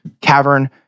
cavern